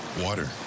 Water